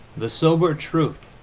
the sober truth